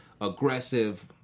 aggressive